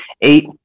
eight